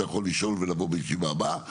אתה יכול לשאול ולבוא לישיבה הבאה,